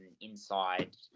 inside